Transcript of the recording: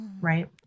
right